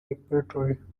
repertoire